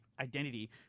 identity